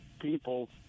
people